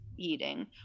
eating